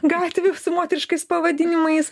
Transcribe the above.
gatvių su moteriškais pavadinimais